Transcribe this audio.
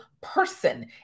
person